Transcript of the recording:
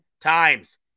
times